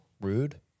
rude